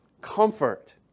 comfort